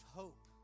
hope